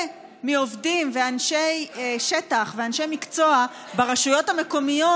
ומעובדים ואנשי שטח ואנשי מקצוע ברשויות המקומיות,